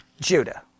Judah